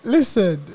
Listen